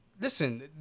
Listen